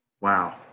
Wow